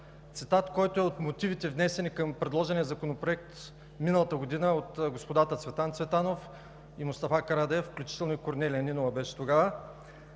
цитат, който е от мотивите, внесени към предложения законопроект миналата година от господата Цветан Цветанов и Мустафа Карадайъ, включително и Корнелия Нинова беше тогава.